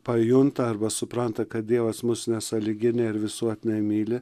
pajunta arba supranta kad dievas mus nesąlyginiai ir visuotinai myli